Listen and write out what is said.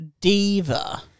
diva